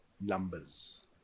numbers